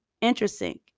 Interesting